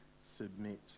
submit